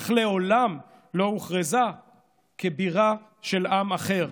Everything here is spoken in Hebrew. אך לעולם לא הוכרזה כבירה של עם אחר,